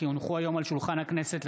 כי הונחו היום על שולחן הכנסת,